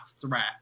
threat